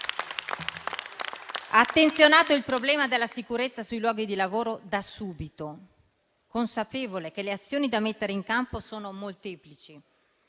ha attenzionato il problema della sicurezza sui luoghi di lavoro da subito, consapevole che le azioni da mettere in campo sono molteplici,